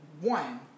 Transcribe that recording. One